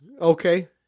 Okay